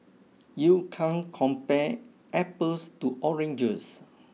you can't compare apples to oranges